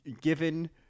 given